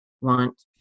want